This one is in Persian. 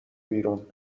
بیرون